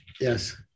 Yes